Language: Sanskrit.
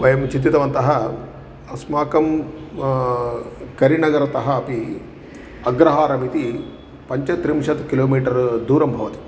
वयं चिन्तितवन्तः अस्माकं करिनगरतः अपि अग्रहारमिति पञ्चत्रिंशत् किलो मिटर् दूरं भवति